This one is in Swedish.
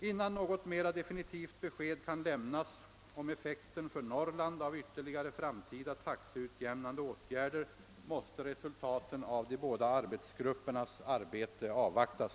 Innan något mera definitivt besked kan lämnas om effekten för Norrland av ytterligare framtida taxeutjämnande åtgärder måste resultaten av de båda gruppernas arbete avvaktas.